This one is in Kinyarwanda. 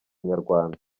nyarwanda